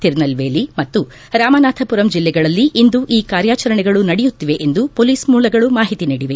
ತಿರುನಲ್ವೇಲಿ ಮತ್ತು ರಾಮನಾಥಮರಂ ಜಿಲ್ಲೆಗಳಲ್ಲಿ ಇಂದು ಈ ಕಾರ್ಯಾಚರಣೆಗಳು ನಡೆಯುತ್ತಿವೆ ಎಂದು ಪೊಲೀಸ್ ಮೂಲಗಳು ಮಾಹಿತಿ ನೀಡಿವೆ